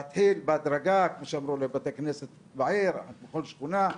להתחיל בהדרגה, בית כנסת בעיר, בכל שכונה,